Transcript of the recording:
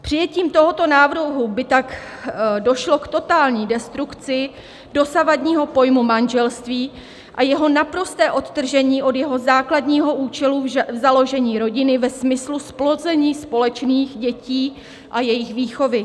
Přijetím tohoto návrhu by tak došlo k totální destrukci dosavadního pojmu manželství a jeho naprostému odtržení od jeho základního účelu založení rodiny ve smyslu zplození společných dětí a jejich výchovy.